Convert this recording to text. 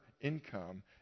income